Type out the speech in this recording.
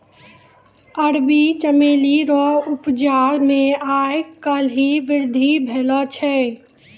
अरबी चमेली रो उपजा मे आय काल्हि वृद्धि भेलो छै